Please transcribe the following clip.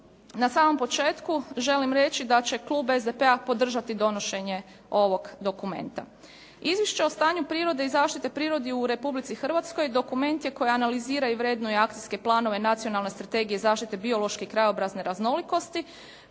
na samom početku želim reći da će Klub SDP-a podržati donošenje ovog dokumenta. Izvješće o stanju prirode i zaštite prirode u Republici Hrvatskoj dokument je koji analizira i vrednuje akcijske planove, nacionalne strategije zaštite biološke i krajobrazne raznolikosti